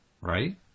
right